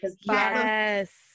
Yes